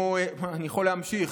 אני יכול להמשיך,